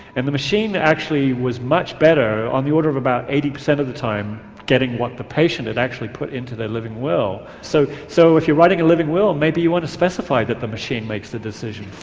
and the machine actually was much better on the order of about eighty percent of the time at getting what the patient had actually put into their living will. so so if you're writing a living will, maybe you want to specify that the machine makes the decision for